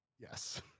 Yes